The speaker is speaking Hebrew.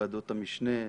ועדות המשנה,